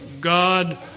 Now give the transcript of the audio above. God